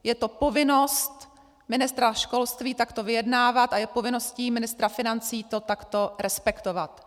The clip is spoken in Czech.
Je to povinnost ministra školství takto vyjednávat a je povinností ministra financí to takto respektovat.